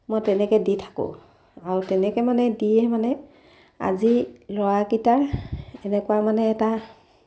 মই তেনেকৈ দি থাকোঁ আৰু তেনেকৈ মানে দিয়ে মানে আজি ল'ৰাকেইটাৰ এনেকুৱা মানে এটা